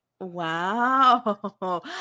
Wow